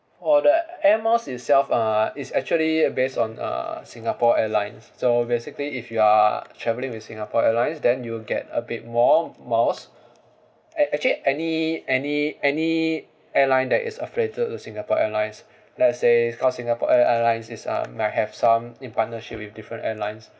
for the Air Miles itself uh it's actually base on uh singapore airlines so basically if you are traveling with Singapore Airlines then you'll get a bit more miles actually any any any airline that it's affiliate to Singapore Airlines let's say because Singapore Airlines is uh might have some in partnership with different airlines